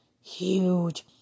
huge